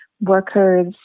workers